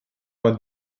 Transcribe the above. man